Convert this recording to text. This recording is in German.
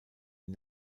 den